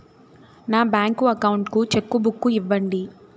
నా bank account కు cheque book ఇవ్వండి